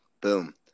Boom